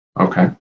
Okay